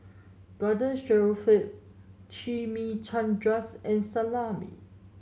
Garden Stroganoff Chimichangas and Salami